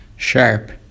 Sharp